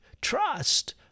trust